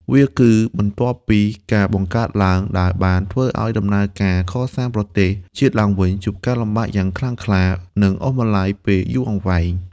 វាគឺបន្ទាប់ពីការបង្កើតឡើង ដែលបានធ្វើឱ្យដំណើរការកសាងប្រទេសជាតិឡើងវិញជួបការលំបាកយ៉ាងខ្លាំងក្លា និងអូសបន្លាយពេលយូរអង្វែង។